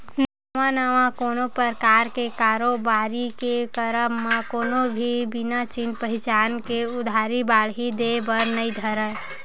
नवा नवा कोनो परकार के कारोबारी के करब म कोनो भी बिना चिन पहिचान के उधारी बाड़ही देय बर नइ धरय